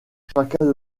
chacun